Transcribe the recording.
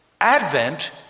Advent